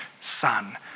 son